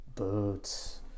Boots